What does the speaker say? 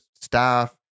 staff